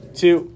two